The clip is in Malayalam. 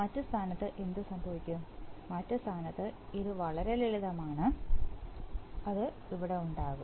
മറ്റ് സ്ഥാനത്ത് എന്ത് സംഭവിക്കും മറ്റ് സ്ഥാനത്ത് ഇത് വളരെ ലളിതമാണ് അത് ഇവിടെ ഉണ്ടാകും